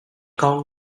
con